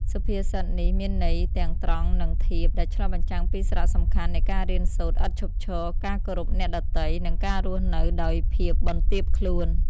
សុភាសិតនេះមានន័យទាំងត្រង់ និងធៀប ដែលឆ្លុះបញ្ចាំងពីសារៈសំខាន់នៃការរៀនសូត្រឥតឈប់ឈរ ការគោរពអ្នកដទៃ និងការរស់នៅដោយភាពបន្ទាបខ្លួន។